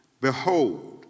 behold